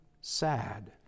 sad